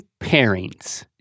pairings